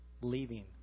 leaving